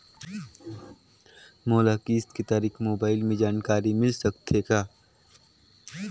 मोला किस्त के तारिक मोबाइल मे जानकारी मिल सकथे का?